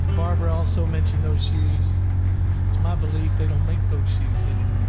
barbara also mentioned those shoes it's my belief they don't make those shoes and